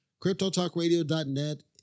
Cryptotalkradio.net